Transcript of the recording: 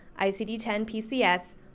ICD-10-PCS